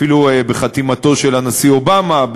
אפילו בחתימתו של הנשיא אובמה,